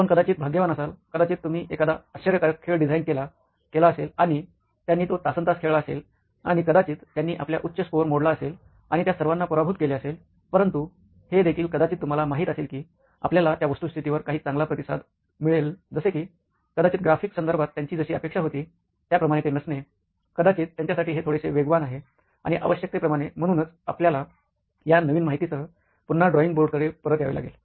आपण कदाचित भाग्यवान असाल कदाचित तुम्ही एखादा आश्चर्यकारक खेळ डिझाइन केला असेल आणि त्यांनी तो तासन्तास खेळला असेल आणि कदाचित त्यांनी आपल्या उच्च स्कोर मोडला असेल आणि त्या सर्वांना पराभूत केले असेल परंतु हे देखील कदाचित तुम्हाला माहित असेल की आपल्याला त्या वस्तुस्थितीवर काही चांगला प्रतिसाद मिळेल जसे की कदाचित ग्राफिक्स संदर्भात त्यांची जशी अपेक्षा होती त्याप्रमाणे ते नसणे कदाचित त्यांच्यासाठी हे थोडेसे वेगवान आहे आणि आवश्यकतेप्रमाणे म्हणूनच आपल्याला या नवीन माहितीसह पुन्हा ड्रॉईंग बोर्डकडे परत यावे लागेल